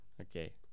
Okay